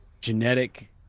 ...genetic